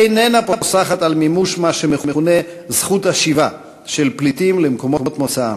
איננה פוסחת על מימוש מה שמכונה "זכות השיבה" של פליטים למקומות מוצאם.